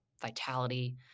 vitality